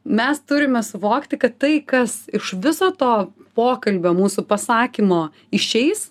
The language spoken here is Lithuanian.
mes turime suvokti kad tai kas iš viso to pokalbio mūsų pasakymo išeis